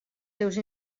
seus